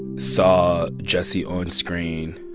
saw jesse on screen.